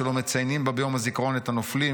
שלא מציינים בה ביום הזיכרון את הנופלים,